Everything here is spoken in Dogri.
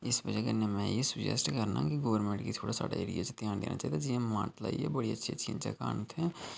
इस बजह् कन्नै में एह् सुजैस्ट करना कि गवर्नमेंट गी थोह्ड़ा साढ़े एरिये च किश घ्यान देना चाहिदा जि'यां मानतलाई ऐ बड़ियां अच्छियां अच्छियां जगह् न उत्थै